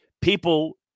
people